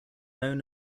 known